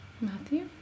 Matthew